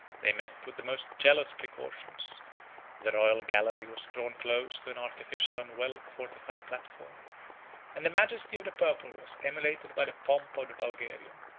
they met with the most jealous precautions the royal gallery was drawn close to an artificial and well-fortified platform and the majesty of the purple was emulated by the pomp of the bulgarian.